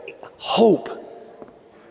hope